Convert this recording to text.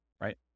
right